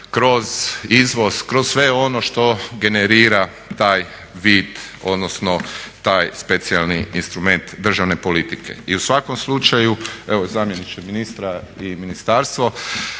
kroz izvoz, kroz sve ono što generira taj vid, odnosno taj specijalni instrument državne politike. I u svakom slučaju, evo zamjeniče ministra i ministarstvo,